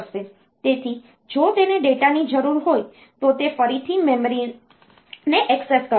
તેથી જો તેને ડેટાની જરૂર હોય તો તે ફરીથી મેમરીને ઍક્સેસ કરશે